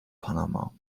panama